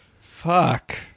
Fuck